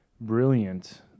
brilliant